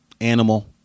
animal